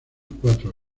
cuatro